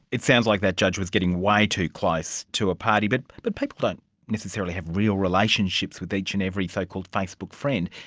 it sounds like that judge was getting way too close to a party. but but people don't necessarily have real relationships with each and every so-called facebook friend.